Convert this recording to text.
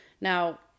Now